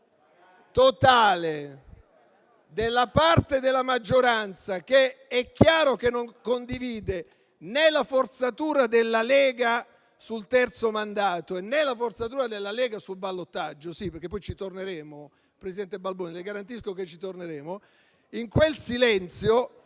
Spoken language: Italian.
totale della parte della maggioranza che è chiaro che non condivide né la forzatura della Lega sul terzo mandato, né la forzatura della Lega sul ballottaggio (sì, perché poi ci torneremo, presidente Balboni, glielo garantisco) non si può certo